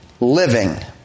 living